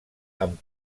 amb